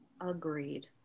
agreed